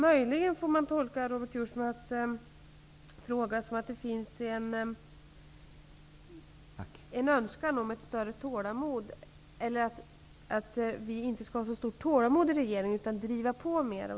Möjligen får man tolka Robert Jousmas fråga som att det finns en önskan att regeringen inte skall ha så stort tålamod, utan driva på mer.